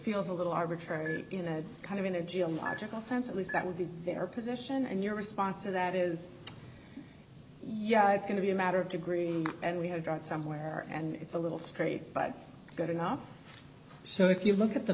feels a little arbitrary in a kind of energy a logical sense at least that would be their position and your response to that is yeah it's going to be a matter of degree and we have got somewhere and it's a little straight but good enough so if you look at the